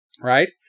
right